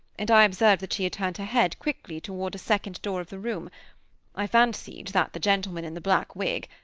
and i observed that she turned her head quickly towards a second door of the room i fancied that the gentleman in the black wig,